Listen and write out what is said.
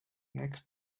next